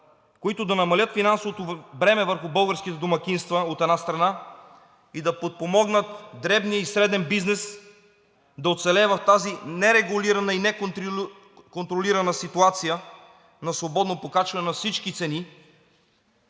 които да намалят финансовото бреме върху българските домакинства, от една страна, и да подпомогнат дребния и среден бизнес да оцелее в тази нерегулирана и неконтролирана ситуация на свободно покачване на всички цени,